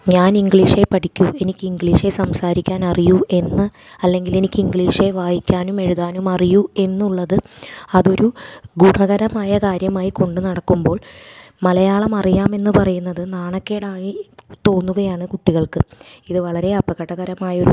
ഞാൻ ഇംഗ്ലീഷേ പഠിക്കൂ എനിക്ക് ഇംഗ്ലീഷേ സംസാരിക്കാനേ അറിയൂ എന്ന് അല്ലെങ്കിൽ എനിക്ക് ഇംഗ്ലീഷേ വായിക്കാനും എഴുതാനും അറിയൂ എന്നുള്ളത് അതൊരു ഗുണകരമായ കാര്യമായി കൊണ്ട് നടക്കുമ്പോൾ മലയാളം അറിയാമെന്ന് പറയുന്നത് നാണക്കേടായി തോന്നുകയാണ് കുട്ടികൾക്ക് ഇത് വളരെ അപകടകരമായൊരു